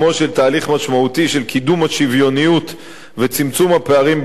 משמעותי של קידום השוויוניות וצמצום הפערים בבריאות.